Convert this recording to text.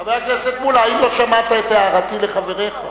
חבר הכנסת מולה, האם לא שמעת את הערתי לחבריך?